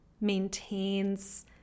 maintains